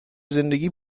زندگی